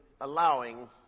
allowing